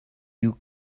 you